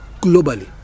globally